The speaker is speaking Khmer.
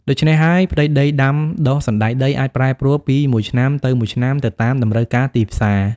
ដូច្នេះហើយ ផ្ទៃដីដាំដុះសណ្តែកដីអាចប្រែប្រួលពីមួយឆ្នាំទៅមួយឆ្នាំទៅតាមតម្រូវការទីផ្សារ។